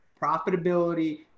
profitability